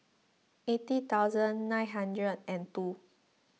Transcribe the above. eighty thousand nine hundred and two